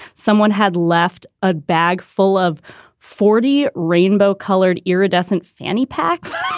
someone had left a bag full of forty rainbow colored iridescent fanny packs